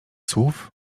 słów